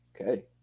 Okay